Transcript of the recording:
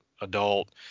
adult